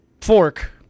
fork